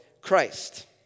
Christ